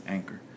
Anchor